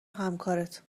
همکارت